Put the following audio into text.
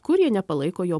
kurie nepalaiko jo